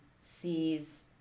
sees